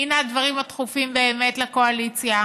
הינה הדברים הדחופים באמת לקואליציה,